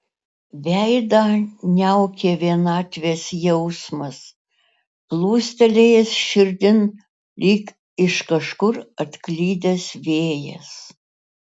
veidą niaukė vienatvės jausmas plūstelėjęs širdin lyg iš kažkur atklydęs vėjas